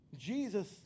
Jesus